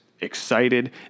excited